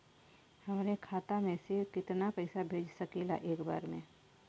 हमरे खाता में से कितना पईसा भेज सकेला एक बार में?